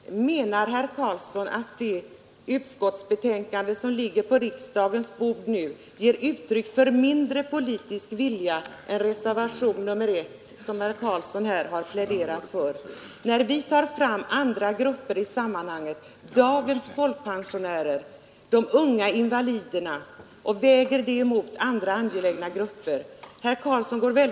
Herr talman! Menar herr Carlsson i Vikmanshyttan att det utskottsbetänkande som nu ligger på riksdagens bord ger uttryck för mindre politisk vilja än reservationen I som herr Carlsson har pläderat för, när vi tar fram andra grupper i sammanhanget — dagens folkpensionärer, de unga invaliderna — och väger deras behov mot angelägna behov för andra grupper?